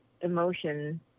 emotion